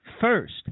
first